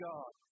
God